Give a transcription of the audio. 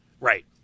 Right